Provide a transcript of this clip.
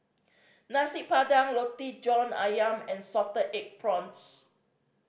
Nasi Padang Roti John Ayam and salted egg prawns